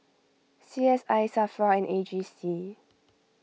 C S I Safra and A G C